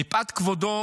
מפאת כבודו